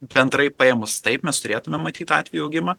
bendrai paėmus taip mes turėtumėm matyt atvejų augimą